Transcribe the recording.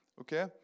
okay